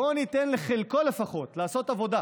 בואו ניתן לחלקו לפחות לעשות עבודה,